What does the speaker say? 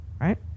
right